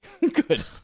Good